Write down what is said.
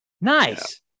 nice